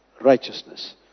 righteousness